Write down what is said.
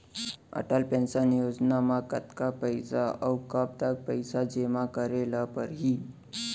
Atal pension Yojana म कतका पइसा, अऊ कब तक पइसा जेमा करे ल परही?